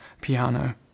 piano